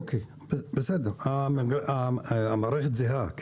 המערכת זהה?